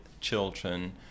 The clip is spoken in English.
children